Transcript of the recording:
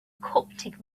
coptic